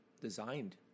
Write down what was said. designed